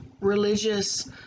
religious